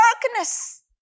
darkness